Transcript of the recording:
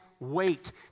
Wait